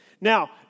Now